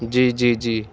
جی جی جی